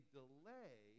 delay